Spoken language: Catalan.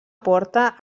porta